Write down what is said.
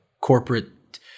corporate